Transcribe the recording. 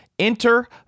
Enter